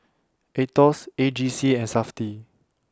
Aetos A G C and Safti